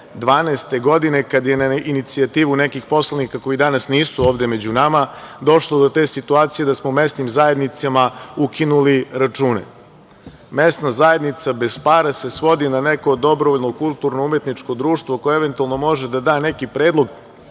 2012. godine kada je na inicijativu nekih poslanika koji danas nisu ovde među nama, došlo do te situacije da smo mesnim zajednicama ukinuli račune. Mesna zajednica bez para se svodi na neko dobrovoljno kulturno-umetničko društvo koje eventualno može da da neki predlog,